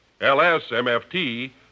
L-S-M-F-T